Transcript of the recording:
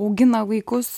augina vaikus